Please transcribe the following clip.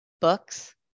books